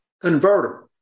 converter